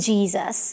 Jesus